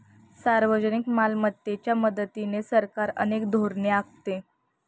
सार्वजनिक मालमत्तेच्या मदतीने सरकार अनेक धोरणे आखते